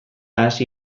hasi